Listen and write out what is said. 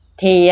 Thì